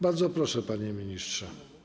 Bardzo proszę, panie ministrze.